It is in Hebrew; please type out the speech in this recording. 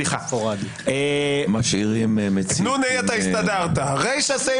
אין פה שום